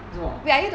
什么